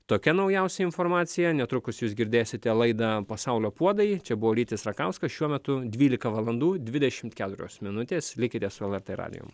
tokia naujausia informacija netrukus jūs girdėsite laidą pasaulio puodai čia buvo rytis rakauskas šiuo metu dvylika valandų dvidešimt keturios minutės likite su lrt radijum